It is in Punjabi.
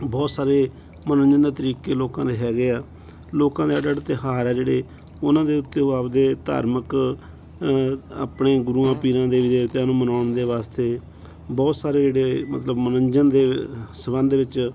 ਬਹੁਤ ਸਾਰੇ ਮਨੋਰੰਜਨ ਦਾ ਤਰੀਕੇ ਲੋਕਾਂ ਦੇ ਹੈਗੇ ਆ ਲੋਕਾਂ ਦੇ ਅੱਡ ਅੱਡ ਤਿਉਹਾਰ ਆ ਜਿਹੜੇ ਉਹਨਾਂ ਦੇ ਉੱਤੇ ਉਹ ਆਪਦੇ ਧਾਰਮਿਕ ਆਪਣੇ ਗੁਰੂਆਂ ਪੀਰਾਂ ਦੇਵੀ ਦੇਵਤਿਆਂ ਨੂੰ ਮਨਾਉਣ ਦੇ ਵਾਸਤੇ ਬਹੁਤ ਸਾਰੇ ਜਿਹੜੇ ਮਤਲਬ ਮਨੋਰੰਜਨ ਦੇ ਸੰਬੰਧ ਵਿੱਚ